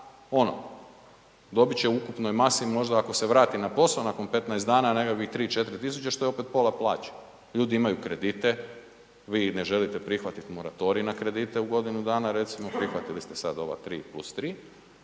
ono, dobit će u ukupnoj masi možda ako se vrati na posao nakon 15 dana nekakvih 3.-4.000 što je opet pola plaće. Ljudi imaju kredite, vi ne želite prihvatiti moratorij na kredite u godinu dana recimo. Prihvatili ste sad ova 3 + 3,